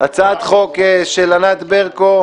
הצעת חוק של ענת ברקו: